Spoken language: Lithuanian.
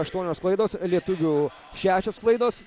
aštuonios klaidos lietuvių šešios klaidos